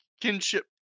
Kinship